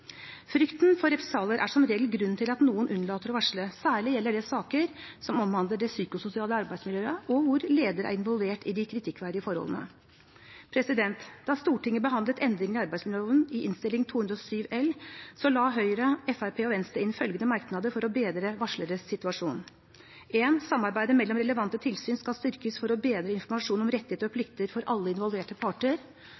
Frykten for represalier er som regel grunnen til at noen unnlater å varsle. Særlig gjelder det saker som omhandler det psykososiale arbeidsmiljøet, og hvor leder er involvert i de kritikkverdige forholdene. Da Stortinget behandlet endringene i arbeidsmiljøloven i Innst. 207 L for 2014–2015, la Høyre, Fremskrittspartiet og Venstre inn følgende i merknadene for å bedre varsleres situasjon: Samarbeidet mellom relevante tilsyn skal styrkes for å bedre informasjon om rettigheter og